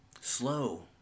slow